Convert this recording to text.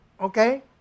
Okay